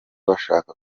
bashaka